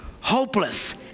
hopeless